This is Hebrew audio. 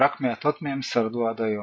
ורק מעטות מהן שרדו עד היום.